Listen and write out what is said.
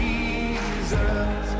Jesus